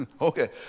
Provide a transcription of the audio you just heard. Okay